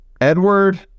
Edward